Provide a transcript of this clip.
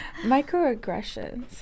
microaggressions